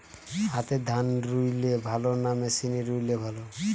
হাতে ধান রুইলে ভালো না মেশিনে রুইলে ভালো?